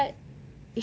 but